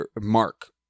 Mark